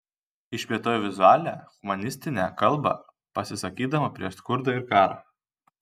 išplėtojo vizualią humanistinę kalbą pasisakydama prieš skurdą ir karą